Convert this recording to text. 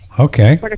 Okay